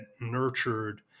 nurtured